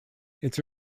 its